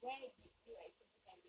where did you actually have it